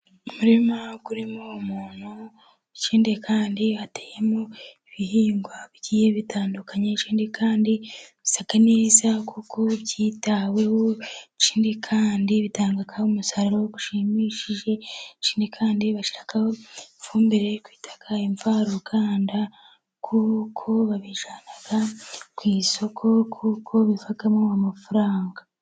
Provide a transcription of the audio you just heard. Umurima urimo umuntu, ikindi kandi hateyemo ibihingwa bigiye bitandukanye ikindi kandi bisa neza, kuko byitaweho ikindi kandi bigatanga umusaruro ushimishije, ikindi kandi bashyiraho ifumbire yo twita imvaruganda, kuko babijyana ku isoko kuko bivamo amafaranga.